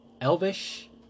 elvish